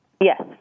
Yes